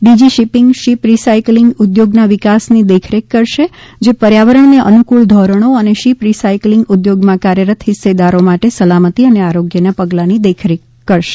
DG shipping ship recycling ઉદ્યોગના વિકાસની દેખરેખ કરશે જે પર્યાવરણને અનુકૂળ ધીરણો અને શિપ રિસાયકલિંગ ઉદ્યોગમાં કાર્યરત હિસ્સેદારો માટે સલામતી અને આરોગ્યના પગલાંની દેખરેખ રાખશે